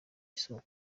isoko